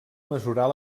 mesurar